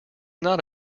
not